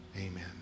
Amen